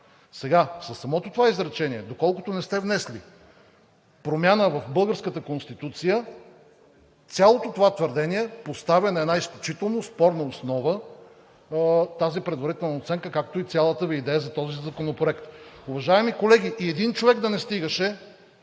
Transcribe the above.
сега със самото това изречение, доколкото не сте внесли промяна в българската Конституция, цялото това твърдение поставя на една изключително спорна основа тази предварителна оценка, както и цялата Ви идея за този законопроект. Уважаеми колеги, и един човек да не стигаше,